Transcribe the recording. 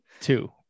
Two